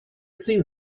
seems